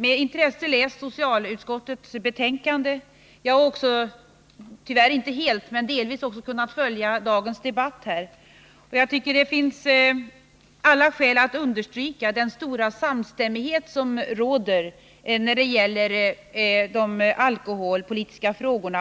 med intresse läst socialutskottets betänkande. Jag har också, tyvärr | inte helt men delvis, kunnat följa dagens debatt. Det finns alla skäl att understryka den stora samstämmighet som råder när det gäller de alkoholpolitiska frågorna.